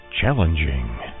Challenging